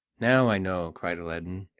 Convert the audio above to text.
now i know, cried aladdin,